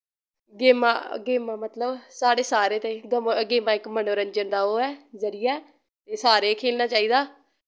गेमां गेमां मतलव साढ़े सारें ताईं गेमां इक मनोरंजन दा ओह् ऐ जरियां ऐ एह् सारेंई खेलना चाहिदा